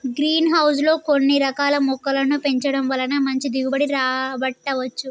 green house లో కొన్ని రకాల మొక్కలను పెంచడం వలన మంచి దిగుబడి రాబట్టవచ్చు